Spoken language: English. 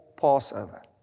Passover